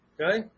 Okay